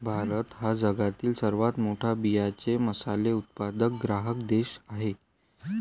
भारत हा जगातील सर्वात मोठा बियांचे मसाले उत्पादक ग्राहक देश आहे